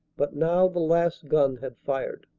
but now the last gun had fired.